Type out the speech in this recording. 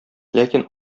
ләкин